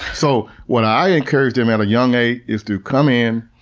so what i encourage them at a young age is to come in,